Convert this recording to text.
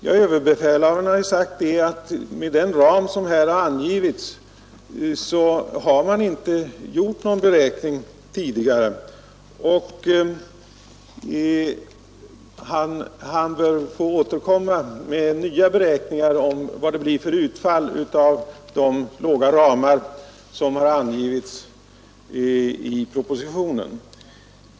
Ja, överbefälhavaren har ju sagt att han inte gjort någon beräkning av följderna av de ramar som har angivits i propositionen och att han bör få återkomma med nya beräkningar om utfallet av dessa.